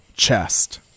chest